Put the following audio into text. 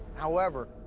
however,